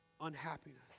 unhappiness